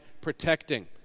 protecting